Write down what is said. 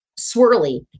swirly